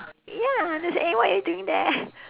ya that's eh what are you doing there